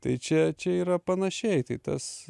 tai čia čia yra panašiai tai tas